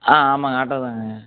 ஆ ஆமாங்க ஆட்டோ தாங்க